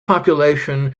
population